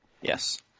yes